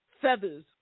Feathers